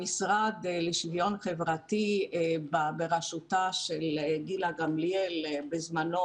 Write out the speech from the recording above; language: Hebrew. המשרד לשוויון חברתי בראשות גילה גמליאל בזמנו